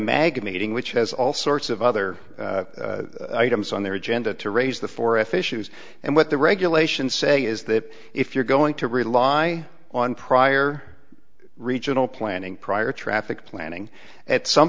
mag meeting which has all sorts of other items on their agenda to raise the four if issues and what the regulations say is that if you're going to rely on prior regional planning prior traffic planning at some